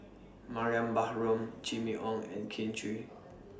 Mariam Baharom Jimmy Ong and Kin Chui